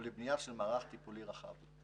ולבנייה של מערך טיפולי רחב.